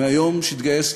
מהיום שהתגייס,